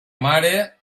mare